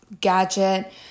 gadget